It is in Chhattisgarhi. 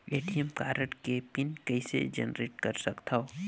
ए.टी.एम कारड के पिन कइसे जनरेट कर सकथव?